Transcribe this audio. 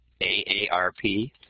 AARP